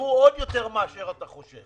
יתייקרו עוד יותר מאשר אתה חושב.